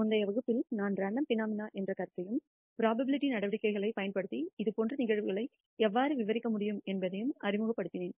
முந்தைய வகுப்பில் நான் ரேண்டம் ஃபெனோமினா என்ற கருத்தையும் புரோபாபிலிடி நடவடிக்கைகளைப் பயன்படுத்தி இதுபோன்ற நிகழ்வுகளை எவ்வாறு விவரிக்க முடியும் என்பதையும் அறிமுகப்படுத்தினேன்